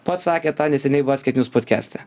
pats sakė tą neseniai basket news podkeste